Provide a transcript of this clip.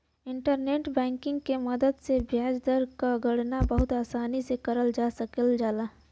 internet banking के मदद से ब्याज दर क गणना बहुत आसानी से करल जा सकल जाला